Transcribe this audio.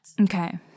Okay